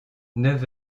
neuf